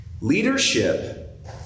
Leadership